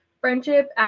friendship